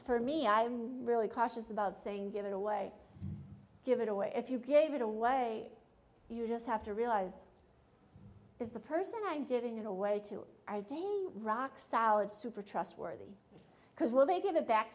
for me i'm really cautious about saying give it away give it away if you gave it away you just have to realize is the person i'm giving it away to i think rock solid super trustworthy because well they give it back